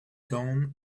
down